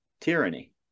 tyranny